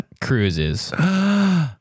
cruises